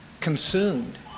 consumed